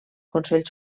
consell